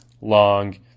long